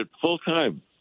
full-time